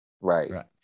right